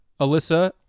Alyssa